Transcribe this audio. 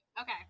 Okay